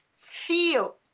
feel